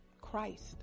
Christ